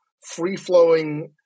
free-flowing